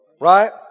Right